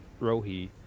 Rohi